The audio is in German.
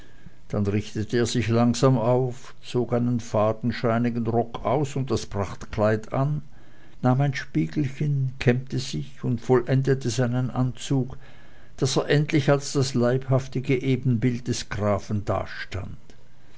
dann richtete er sich langsam auf zog seinen fadenscheinigen rock aus und das prachtkleid an nahm ein spiegelchen kämmte sich und vollendete seinen anzug daß er endlich als das leibhafte ebenbild des grafen dastand